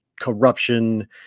corruption